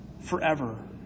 forever